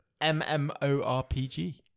MMORPG